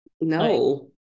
no